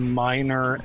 minor